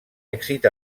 èxit